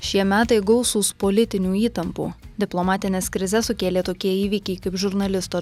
šie metai gausūs politinių įtampų diplomatines krizes sukėlė tokie įvykiai kaip žurnalisto